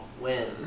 win